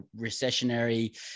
recessionary